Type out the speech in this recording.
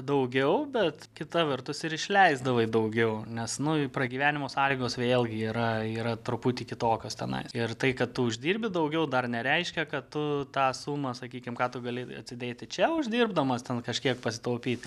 daugiau bet kita vertus ir išleisdavai daugiau nes nu pragyvenimo sąlygos vėlgi yra yra truputį kitokios tenai ir tai kad tu uždirbi daugiau dar nereiškia kad tu tą sumą sakykime ką tu gali atsidėti čia uždirbdamas ten kažkiek pasitaupyti